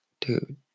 dude